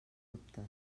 dubtes